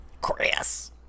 Chris